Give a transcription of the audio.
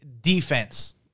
defense